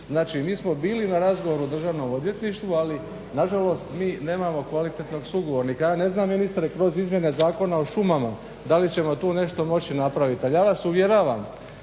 Znači, mi smo bili na razgovoru u Državnom odvjetništvu ali nažalost mi nemamo kvalitetnog sugovornika. Ja ne znam ministre kroz izmjene Zakona o šumama da li ćemo tu nešto moći napraviti, ali ja vas uvjeravam